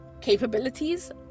capabilities